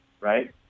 right